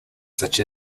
such